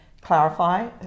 clarify